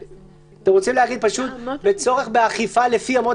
אתם רוצים להגיד "בצורך באכיפה לפי אמות